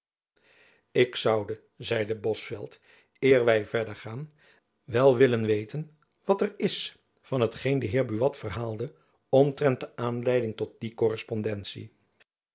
ik zoude zeide bosveldt eer wy verder gaan wel willen weten wat er is van hetgeen de heer buat verhaalde omtrent de aanleiding tot die korrespondentie